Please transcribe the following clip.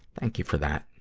thank you for that.